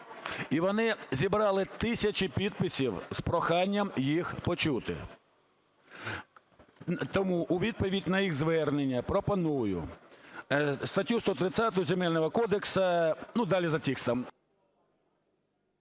І вони зібрали тисячі підписів з проханням їх почути. Тому у відповідь на їх звернення пропоную статтю 130 Земельного кодексу, ну, далі за текстом…